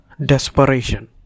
desperation